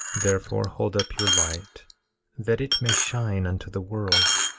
therefore, hold up your light that it may shine unto the world.